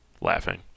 laughing